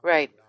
Right